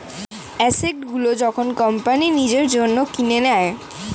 asset গুলো যখন company নিজের জন্য কিনে নেয়